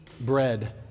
bread